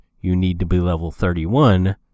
you-need-to-be-level-31